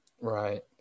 right